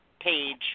page